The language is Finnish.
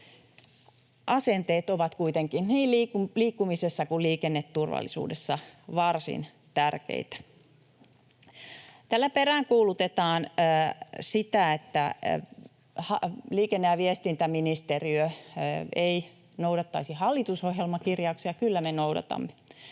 Asenteet ovat kuitenkin niin liikkumisessa kuin liikenneturvallisuudessa varsin tärkeitä. Täällä peräänkuulutetaan sitä, että liikenne- ja viestintäministeriö ei noudattaisi hallitusohjelmakirjauksia. Kyllä me noudatamme.